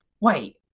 wait